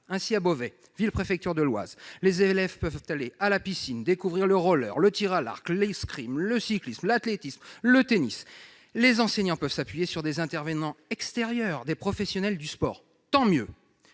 Ainsi, à Beauvais, ville préfecture de l'Oise, les élèves peuvent aller à la piscine, découvrir le roller, le tir à l'arc, l'escrime, le cyclisme, l'athlétisme, le tennis ... Les enseignants peuvent s'appuyer sur des intervenants extérieurs, des professionnels du sport. Tant mieux !